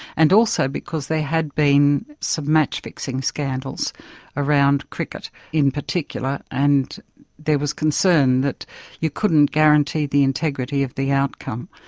and also because there had been some match-fixing scandals around cricket in particular, and there was concern that you couldn't guarantee the integrity of the outcome.